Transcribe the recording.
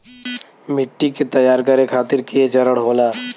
मिट्टी के तैयार करें खातिर के चरण होला?